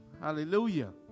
Hallelujah